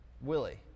Willie